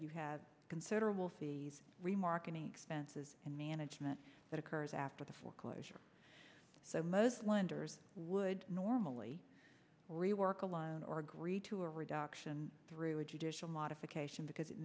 you have considerable c s remarketing expenses and management that occurs after the foreclosure so most lenders would normally rework a loan or agree to a reduction through a judicial modification because it